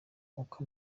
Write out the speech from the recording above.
uko